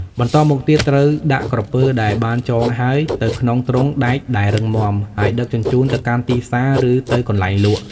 បន្ទាប់មកទៀតត្រូវដាក់ក្រពើដែលបានចងហើយទៅក្នុងទ្រុងដែកដែលរឹងមាំ ហើយដឹកជញ្ជូនទៅកាន់ទីផ្សារ ឬទៅកន្លែងលក់។